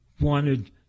wanted